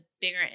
bigger